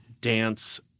dance